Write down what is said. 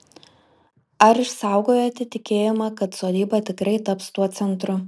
ar išsaugojote tikėjimą kad sodyba tikrai taps tuo centru